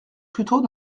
plutôt